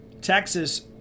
Texas